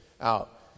out